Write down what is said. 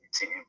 team